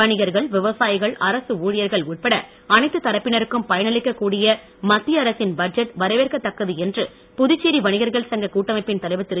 வணிகர்கள் விவசாயிகள் அரசு ஊழியர்கள் உட்பட அனைத்து தரப்பினருக்கும் பயனளிக்க கூடிய மத்திய அரசின் பட்ஜெட் வரவேற்கத்தக்கது என்று புதுச்சேரி வணிகர்கள் சங்க கூட்டமைப்பின் தலைவர் திரு